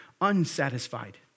unsatisfied